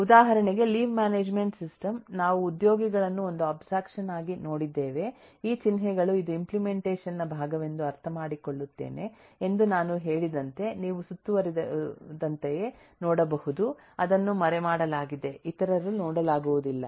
ಉದಾಹರಣೆಗೆ leave management system ನಾವು ಉದ್ಯೋಗಿಗಳನ್ನು ಒಂದು ಅಬ್ಸ್ಟ್ರಾಕ್ಷನ್ ಆಗಿ ನೋಡಿದ್ದೇವೆ ಈ ಚಿಹ್ನೆಗಳು ಇದು ಇಂಪ್ಲೆಮೆಂಟೇಷನ್ ನ ಭಾಗವೆಂದು ಅರ್ಥಮಾಡಿಕೊಳ್ಳುತ್ತೇನೆ ಎಂದು ನಾನು ಹೇಳಿದಂತೆ ನೀವು ಸುತ್ತುವರಿದಂತೆಯೇ ನೋಡಬಹುದು ಅದನ್ನು ಮರೆಮಾಡಲಾಗಿದೆ ಇತರರು ನೋಡಲಾಗುವುದಿಲ್ಲ